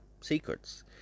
secrets